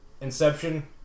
Inception